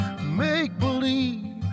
make-believe